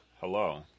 Hello